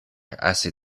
assez